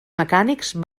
mecànics